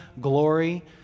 glory